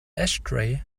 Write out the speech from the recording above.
ashtray